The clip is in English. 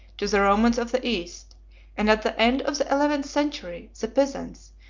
to the romans of the east and at the end of the eleventh century, the pisans,